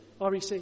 REC